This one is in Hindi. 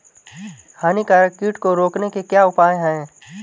हानिकारक कीट को रोकने के क्या उपाय हैं?